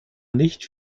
nicht